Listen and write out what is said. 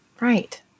Right